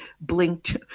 blinked